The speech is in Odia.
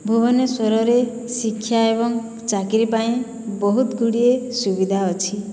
ଭୁବନେଶ୍ୱରରେ ଶିକ୍ଷା ଏବଂ ଚାକିରୀ ପାଇଁ ବହୁତଗୁଡ଼ିଏ ସୁବିଧା ଅଛି